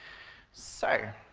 so